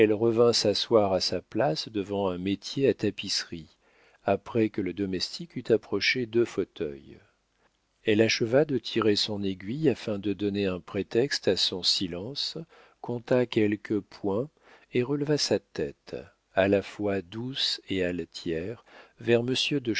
revint s'asseoir à sa place devant un métier à tapisserie après que le domestique eut approché deux fauteuils elle acheva de tirer son aiguille afin de donner un prétexte à son silence compta quelques points et releva sa tête à la fois douce et altière vers